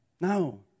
No